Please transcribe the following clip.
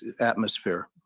atmosphere